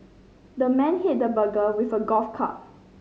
the man hit the burger with a golf club